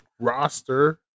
roster